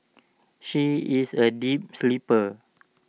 she is A deep sleeper